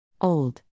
Old